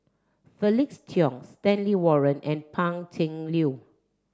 Felix Cheong Stanley Warren and Pan Cheng Lui